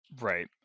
Right